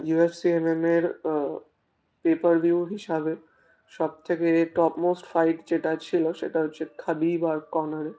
you F C M M এর pay per view হিসাবে সবথেকে টপমোস্ট ফাইট যেটা ছিল সেটা হচ্ছে খাবিব আর কনরের